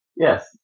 Yes